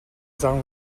зан